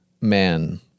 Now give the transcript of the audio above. man